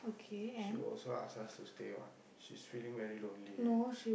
she also asks us to stay one she's feeling very lonely eh